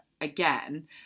again